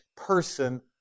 person